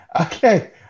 Okay